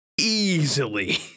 easily